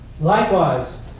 Likewise